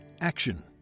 Action